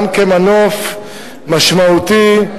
גם כמנוף משמעותי,